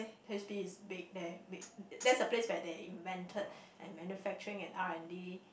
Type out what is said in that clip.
H_P is big there big that's the place where they invented and manufacturing and R-and-D